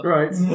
Right